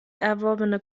erworbene